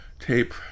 tape